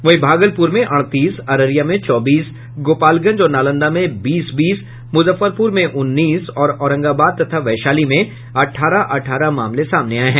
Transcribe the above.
वहीं भागलपुर में अड़तीस अररिया में चौबीस गोपालगंज और नालंदा में बीस बीस मुजफ्फरपुर में उन्नीस और औरंगाबाद तथा वैशाली में अठारह अठारह मामले सामने आये हैं